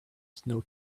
snow